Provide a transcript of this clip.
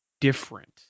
different